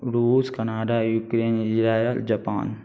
रुस Canada Ukraine Israel Japan